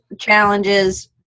challenges